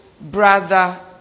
brother